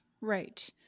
right